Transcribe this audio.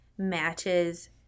Matches